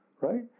right